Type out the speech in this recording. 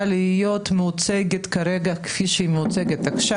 להיות מיוצגת כרגע כפי שהיא מיוצגת עכשיו.